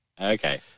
Okay